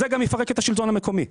זה גם יפרק את שלטון המקומי.